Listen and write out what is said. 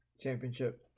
championship